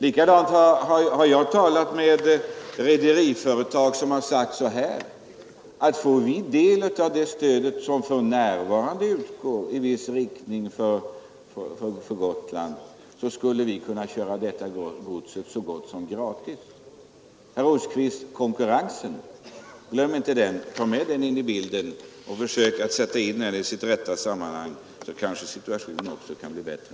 Jag har också talat med rederiföretag som sagt ungefär som så: Om vi fick del av det stöd som för närvarande utgår i viss riktning för Gotland, skulle vi kunna köra godset så gott som gratis. Herr Rosqvist, glöm inte konkurrensen, tag med den in i bilden och försök sätta in den i sitt rätta sammanhang, så kanske situationen blir bättre.